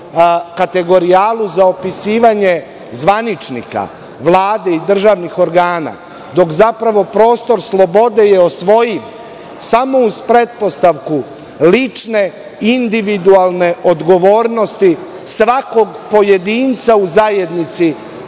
kategorijalu za opisivanje zvaničnika, Vlade i državnih organa, dok zapravo prostor slobode je osvojiv samo uz pretpostavku lične, individualne odgovornosti svakog pojedinca u zajednici,